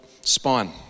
spine